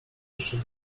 jeszcze